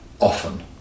often